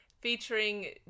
featuring